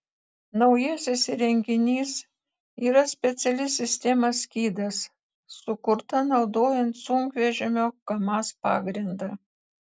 naujasis įrenginys yra speciali sistema skydas sukurta naudojant sunkvežimio kamaz pagrindą